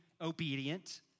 obedient